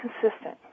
consistent